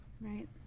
right